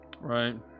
Right